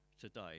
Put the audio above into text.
today